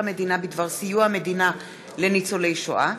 המדינה בדבר סיוע המדינה לניצולי שואה.